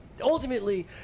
Ultimately